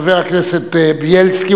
חבר הכנסת בילסקי,